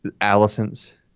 Allison's